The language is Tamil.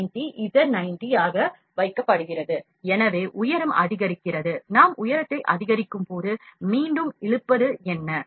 எனவே Y ஐ மீண்டும் 90 க்கு வைத்திருந்தால் உயரம் அதிகரிக்கிறது நாம் உயரத்தை அதிகரிக்கும்போது மீண்டும் இழுப்பது என்ன